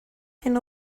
hyn